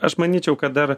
aš manyčiau kad dar